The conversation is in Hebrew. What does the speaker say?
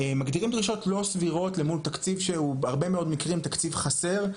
מגדירים דרישות לא סבירות למול תקציב שהוא בהרבה מאוד מקרים תקציב חסר.